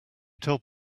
told